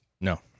No